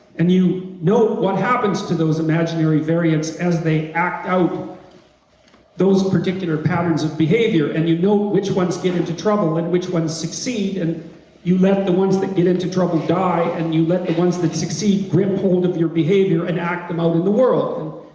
and you know what happens to those imaginary variants as they act out those particular patterns of behavior and you know which ones get into trouble and which ones succeed and you let the ones that get into trouble die and you let the ones succeed grip hold of your behavior and act them out in the world.